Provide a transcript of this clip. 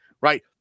right